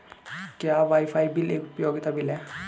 क्या wifi bill एक उपयोगिता बिल है?